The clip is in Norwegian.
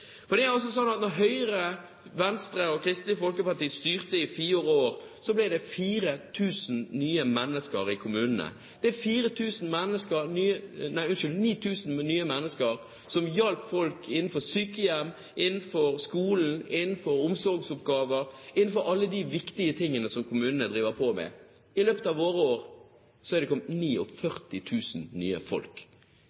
Det er slik at da Høyre, Venstre og Kristelig Folkeparti styrte i fire år, ble det 9 000 nye mennesker i kommunene. Det er 9 000 nye mennesker som hjalp folk på sykehjem, på skolen, i omsorgsoppgaver og i alle de viktige tingene som kommunene driver med. I løpet av våre år er det kommet